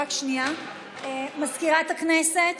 מזכירת הכנסת,